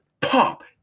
Pop